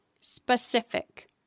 specific